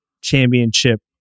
championship